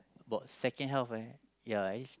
about second half right ya is